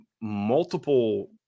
multiple